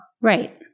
Right